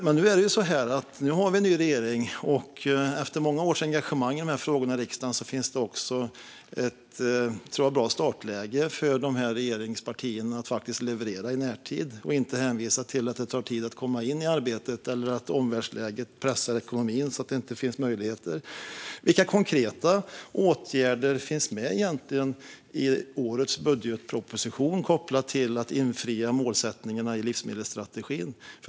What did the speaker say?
Men nu har vi en ny regering, och efter många års engagemang i dessa frågor i riksdagen tror jag att det finns ett bra startläge för regeringspartierna att faktiskt leverera i närtid. Man behöver då inte hänvisa till att det tar tid att komma in i arbetet eller att omvärldsläget pressar ekonomin så att det inte finns möjligheter. Vilka konkreta åtgärder finns det egentligen i årets budgetproposition som är kopplade till att infria målsättningarna i livsmedelsstrategin?